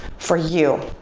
for you.